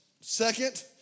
Second